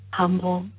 humble